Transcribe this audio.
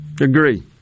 agree